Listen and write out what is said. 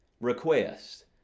request